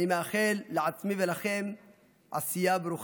אני מאחל לעצמי ולכם עשייה ברוכה.